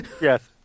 Yes